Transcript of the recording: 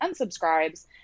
unsubscribes